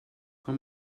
com